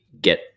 get